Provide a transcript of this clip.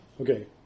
Okay